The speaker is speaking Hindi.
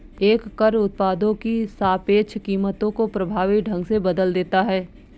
एक कर उत्पादों की सापेक्ष कीमतों को प्रभावी ढंग से बदल देता है